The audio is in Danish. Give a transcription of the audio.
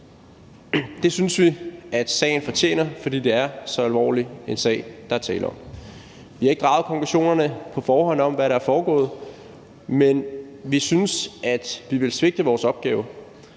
Det synes vi at sagen fortjener, fordi det er så alvorlig en sag, der er tale om. Vi har ikke på forhånd draget konklusioner om, hvad der er foregået, men vi synes, at vi ville svigte vores opgave